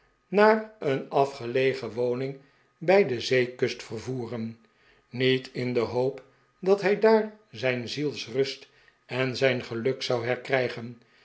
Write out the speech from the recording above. naar een afgelegeh woning bij de zeekust vervoeren niet in de hoop dat hij daar zijn zielsrust en zijn geluk zou herkrijgen